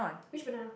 which banana